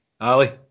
Ali